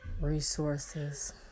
resources